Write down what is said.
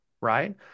right